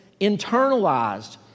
internalized